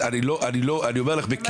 אני לא כלכלן ואני לא מתיימר להיות כלכלן,